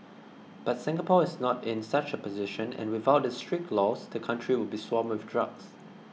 but Singapore is not in such a position and without its strict laws the country would be swamped with drugs